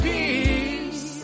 Peace